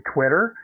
Twitter